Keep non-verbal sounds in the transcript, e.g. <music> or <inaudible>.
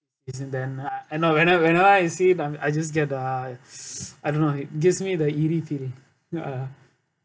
and then I know when I when I see them I just get uh <noise> I don't know it gives me the eerie feeling ya